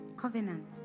Covenant